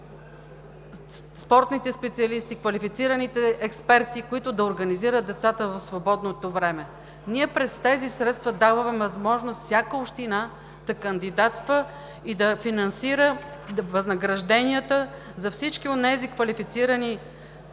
спортните специалисти, квалифицираните експерти, които да организират децата в свободното време. Ние през тези средства даваме възможност всяка община да кандидатства и да финансира възнагражденията за всички онези квалифицирани инструктори,